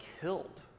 killed